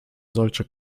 solche